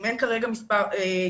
אם אין כרגע תשובות,